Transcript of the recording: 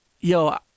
Yo